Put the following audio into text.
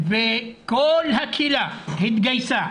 וכל הקהילה התגייסה,